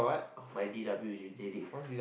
of my D_W is retaining